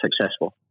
successful